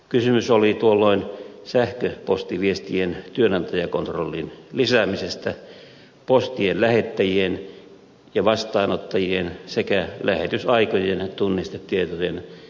kysymys oli tuolloin sähköpostiviestien työnantajakontrollin lisäämisestä postien lähettäjien ja vastaanottajien sekä lähetysaikojen tunnistetietojen seulonnasta